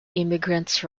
immigrants